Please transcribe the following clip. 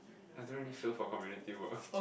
I don't really show for community work